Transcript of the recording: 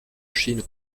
chine